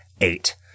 eight